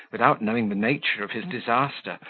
without nature of his disaster,